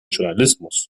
journalismus